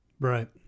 Right